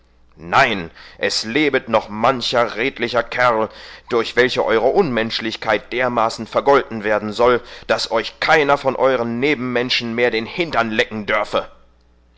nein es lebet noch mancher redlicher kerl durch welche eure unmenschlichkeit dermaßen vergolten werden soll daß euch keiner von euren nebenmenschen mehr den hindern lecken dörfe